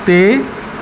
ਅਤੇ